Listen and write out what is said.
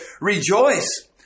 Rejoice